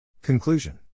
Conclusion